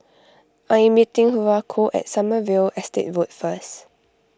I am meeting Haruko at Sommerville Estate Road first